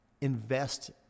invest